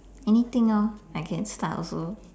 anything lor I can start also